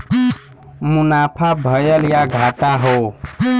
मुनाफा भयल या घाटा हौ